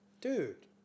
Dude